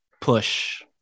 push